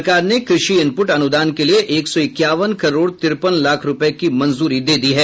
सरकार ने कृषि इनपुट अनुदान के लिए एक सौ इक्यावन करोड़ तिरेपन लाख रुपये की मंजूरी दे दी है